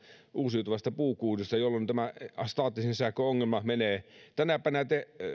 uusiutuvasta puukuidusta jolloin staattisen sähkön ongelma menee pois tänäpänä kaupasta